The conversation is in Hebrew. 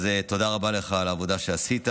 אז תודה רבה לך על העבודה שעשית,